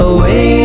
Away